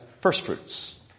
firstfruits